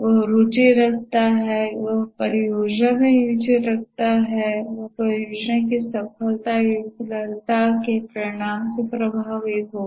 वह रुचि रखता है वह परियोजना में रूचि रखता है वह परियोजना की सफलता या विफलता के परिणाम से प्रभावित होगा